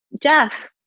Jeff